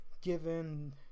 given